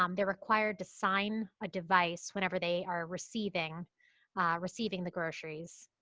um they're required to sign a device whenever they are receiving receiving the groceries.